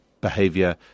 behavior